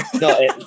no